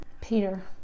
Peter